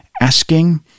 asking